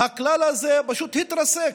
הכלל הזה פשוט התרסק,